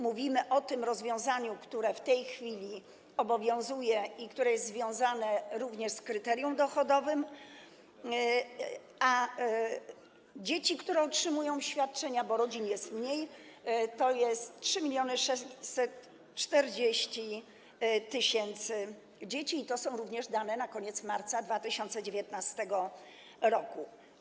Mówimy o rozwiązaniu, które w tej chwili obowiązuje i które jest związanie również z kryterium dochodowym, a dzieci, które otrzymują świadczenia - bo rodzin jest mniej - jest 3640 tys., i to są również dane na koniec marca 2019 r.